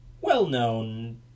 well-known